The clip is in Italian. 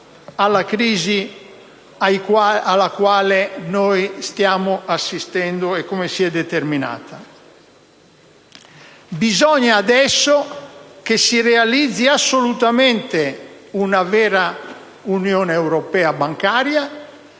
della crisi alla quale noi stiamo assistendo, così come si è determinata. Bisogna adesso che si realizzi assolutamente una vera unione bancaria